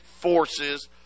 forces